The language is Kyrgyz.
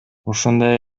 ушундай